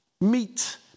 meet